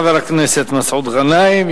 תודה לחבר הכנסת מסעוד גנאים.